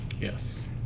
yes